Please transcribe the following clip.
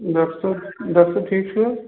doctor صٲب doctor ٹھیٖک چھُو حظ